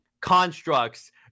constructs